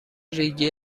ریگی